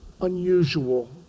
unusual